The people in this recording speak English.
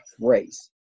race